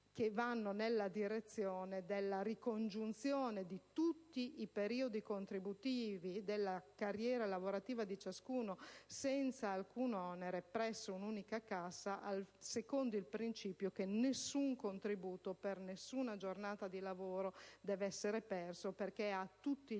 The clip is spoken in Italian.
che vadano nella direzione della ricongiunzione di tutti i periodi contributivi della carriera lavorativa di ciascuno, senza alcun onere, presso un'unica cassa, secondo il principio che nessun contributo, per nessuna giornata di lavoro, deve essere perso, perché a tutti gli